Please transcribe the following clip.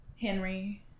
Henry